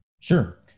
Sure